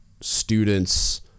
students